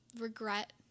regret